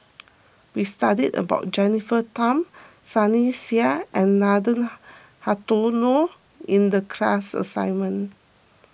we studied about Jennifer Tham Sunny Sia and Nathan Hartono in the class assignment